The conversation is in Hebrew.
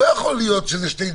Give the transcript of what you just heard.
מעדיפים לעשות שיחה, וזה נעשה.